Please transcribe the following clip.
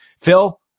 Phil